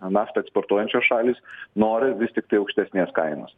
naftą eksportuojančios šalys nori vis tiktai aukštesnės kainos